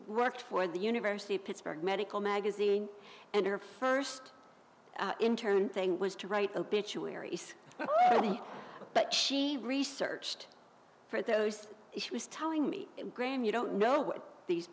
worked for the university of pittsburgh medical magazine and her first intern thing was to write obituaries but she researched for those she was telling me graham you don't know